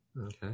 Okay